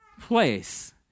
place